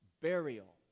burial